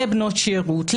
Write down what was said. לבנות שירות,